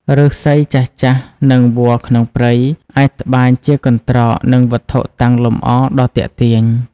ឫស្សីចាស់ៗ និងវល្លិក្នុងព្រៃ អាចត្បាញជាកន្ត្រក និងវត្ថុតាំងលម្អដ៏ទាក់ទាញ។